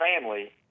family